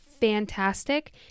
fantastic